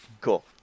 cool